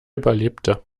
überlebte